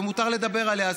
ומותר לדבר עליה.